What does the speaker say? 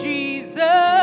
Jesus